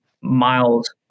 miles